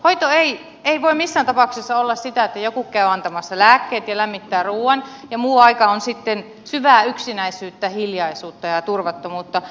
hoito ei voi missään tapauksessa olla sitä että joku käy antamassa lääkkeet ja lämmittää ruuan ja muu aika on sitten syvää yksinäisyyttä hiljaisuutta ja turvattomuutta